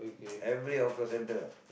every hawker centre